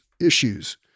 issues